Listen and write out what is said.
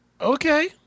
okay